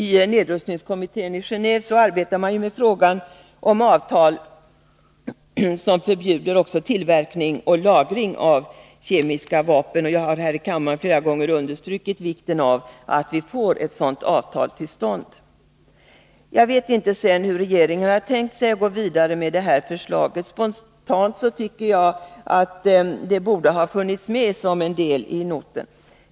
I nedrustningskommissionen i Genéve arbetar man med frågan om avtal som förbjuder också tillverkning och lagring av kemiska vapen. Jag har här i kammaren flera gånger understrukit vikten av att vi får ett sådant avtal till stånd. Jag vet inte hur regeringen har tänkt sig att gå vidare med detta förslag. Spontant tycker jag att det borde ha funnits med som en del i noten.